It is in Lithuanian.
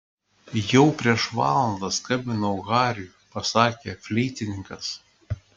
jau prieš valandą skambinau hariui pasakė fleitininkas